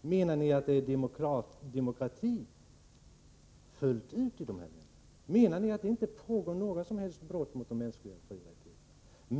Menar ni att det råder demokrati fullt ut i dessa länder? Menar ni att det inte pågår några som helst brott mot de mänskliga frioch rättigheterna?